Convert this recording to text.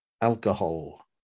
alcohol